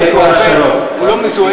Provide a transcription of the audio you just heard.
מפני שהחומר להדברה חקלאית לא מזוהה.